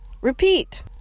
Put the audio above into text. repeat